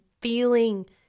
feeling